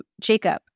Jacob